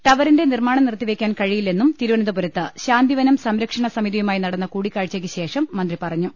ടവ റിന്റെ നിർമാണം നിർത്തിവെക്കാൻ കഴിയില്ലെന്നും തിരുവനന്ത പുരത്ത് ശാന്തിവനം സംരക്ഷണസമിതിയുമായ്യി നടന്ന കൂടിക്കാ ഴ്ചക്കു ശേഷം മന്ത്രി പറഞ്ഞു